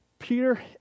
Peter